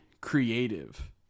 creative